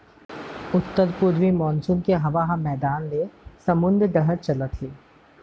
उत्तर पूरवी मानसून के हवा ह मैदान ले समुंद डहर चलथे